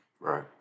Right